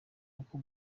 uko